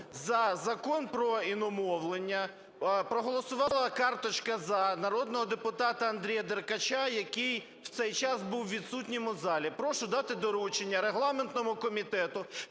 за Закон про іномовлення проголосувала карточка "за" народного депутата Андрія Деркача, який в цей час був відсутнім у залі. Прошу дати доручення регламентному комітету